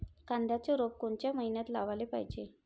कांद्याचं रोप कोनच्या मइन्यात लावाले पायजे?